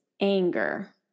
anger